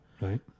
Right